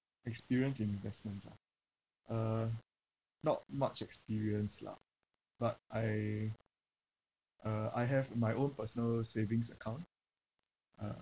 experience in investments ah uh not much experience lah but I uh I have my own personal savings account uh